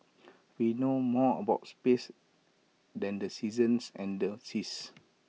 we know more about space than the seasons and the seas